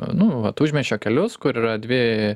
nu vat užmiesčio kelius kur yra dvi